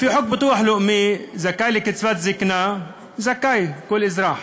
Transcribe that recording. לפי חוק ביטוח לאומי, לקצבת זיקנה זכאי כל אזרח,